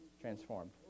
transformed